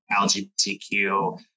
LGBTQ